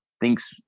thinks